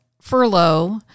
furlough